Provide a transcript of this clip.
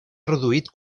reduït